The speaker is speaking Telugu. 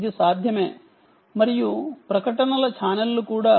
ఇది సాధ్యమే మరియు ప్రకటనల ఛానెల్లు కూడా 4